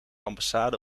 ambassade